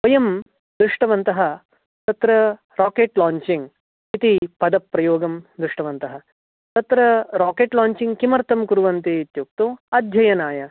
वयं दृष्टवन्तः तत्र राकेट् लाञ्चिङ्ग् इति पदप्रयोगं दृष्टवन्तः तत्र राकेट् लाञ्चिङ्ग् किमर्थं कुर्वन्ति इत्युक्तौ अध्ययनाय